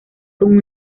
con